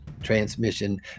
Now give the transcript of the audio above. transmission